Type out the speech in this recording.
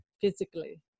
physically